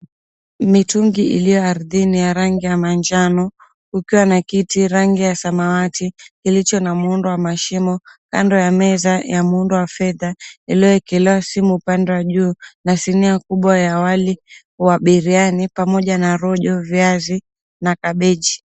Mitungi iliyo ardhini ya rangi ya manjano ikiwa na kiti ya rangi ya samawati iliyo na muundo wa mashimo kando ya meza ya muundo wa fedha ilioekelewa shimo ubande wa juu na sinia kubwa ya wali wa birihani pamoja na viazi na kabeji.